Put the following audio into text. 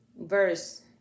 verse